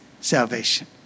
salvation